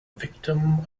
victim